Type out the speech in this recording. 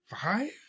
Five